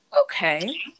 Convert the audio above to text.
okay